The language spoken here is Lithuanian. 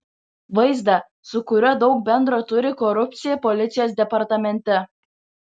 vaizdą su kuriuo daug bendro turi korupcija policijos departamente